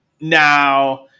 Now